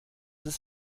ist